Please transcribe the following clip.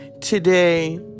today